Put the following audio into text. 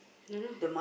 don't know